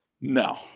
No